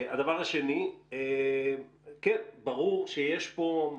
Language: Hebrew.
הדבר השני, כן, ברור שיש פה,